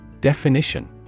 Definition